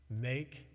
make